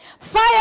fire